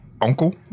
uncle